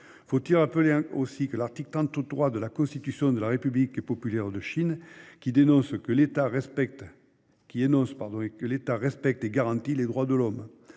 Faut-il rappeler aussi l'article 33 de la Constitution de la République populaire de Chine, qui énonce que l'État « respecte et garantit les droits de l'homme